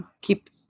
Keep